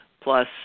plus